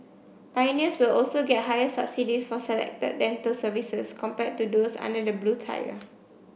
pioneers will also get higher subsidies for selected dental services compared to those under the blue tire